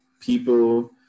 people